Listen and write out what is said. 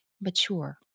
mature